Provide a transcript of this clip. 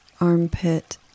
armpit